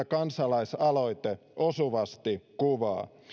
kansalaisaloite osuvasti kuvaa